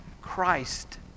Christ